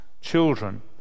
children